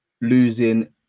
losing